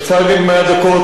בצג אין 100 דקות,